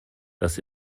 das